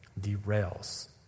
derails